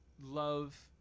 love